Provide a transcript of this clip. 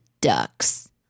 Ducks